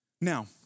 Now